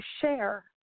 share